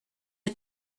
you